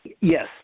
Yes